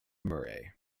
murray